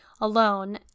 alone